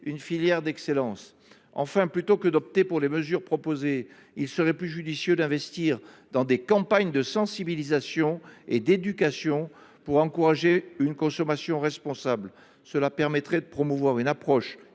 une filière d’excellence. Enfin, plutôt que d’opter pour les mesures proposées, il serait plus judicieux d’investir dans des campagnes de sensibilisation et d’éducation pour encourager une consommation responsable. Cela permettrait de promouvoir une approche